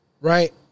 Right